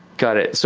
got it. so